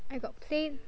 I got play